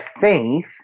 faith